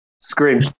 Scream